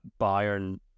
Bayern